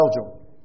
Belgium